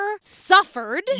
suffered